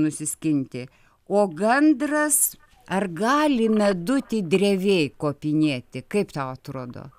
nusiskinti o gandras ar gali meduti drevėj kopinėti kaip tau atrodo